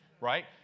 right